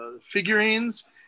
figurines